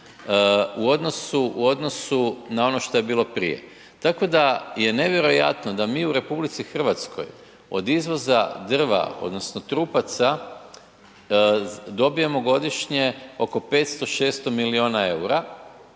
u odnosu na ono što je bilo prije tako da je nevjerojatno da mi u RH od izvoza drva odnosno trupaca dobivamo godišnje oko 500, 600 milijuna eura